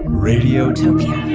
radiotopia